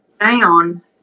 down